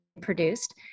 produced